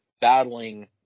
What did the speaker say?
battling